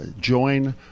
join